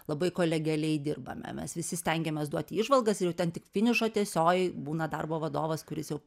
labai kolegialiai dirbame mes visi stengiamės duoti įžvalgas ir jau ten tik finišo tiesiojoj būna darbo vadovas kuris jau